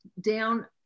down